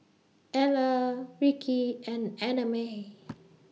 Eller Rickie and Annamae